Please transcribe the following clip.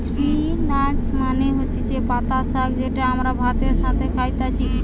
spinach মানে হতিছে পাতা শাক যেটা আমরা ভাতের সাথে খাইতেছি